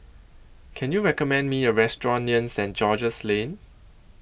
Can YOU recommend Me A Restaurant near Saint George's Lane